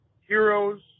Heroes